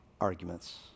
arguments